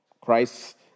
Christ